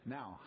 Now